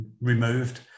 removed